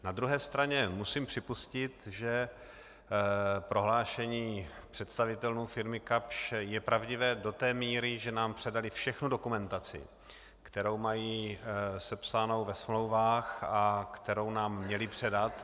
Na druhé straně musím připustit, že prohlášení představitelů firmy Kapsch je pravdivé do té míry, že nám předali všechnu dokumentaci, kterou mají sepsánu ve smlouvách a kterou nám měli předat.